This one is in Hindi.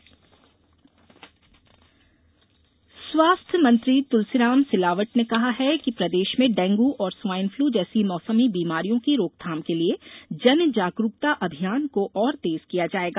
जनजागरूकता अभियान स्वास्थ्य मंत्री तुलसीराम सिलावट ने कहा है कि प्रदेश में डेंगू और स्वाइन फ्लू जैसी मौसमी बीमारियों की रोकथाम के लिये जन जागरूकता अभियान को और तेज किया जायेगा